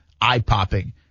eye-popping